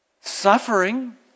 suffering